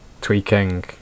tweaking